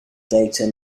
data